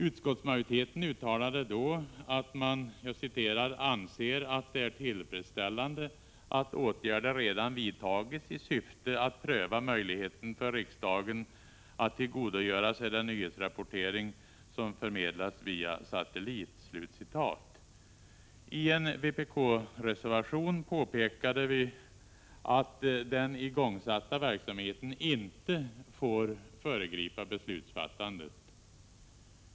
Utskottsmajoriteten uttalade då att man ”anser att det är tillfredsställande att åtgärder redan vidtagits i syfte att pröva möjligheten för riksdagen att tillgodogöra sig den nyhetsrapportering som förmedlas via satellit ———". I en vpk-reservation påpekades att den igångsatta verksamheten inte fick föregripa beslutsfattandet.